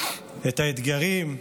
את האתגרים.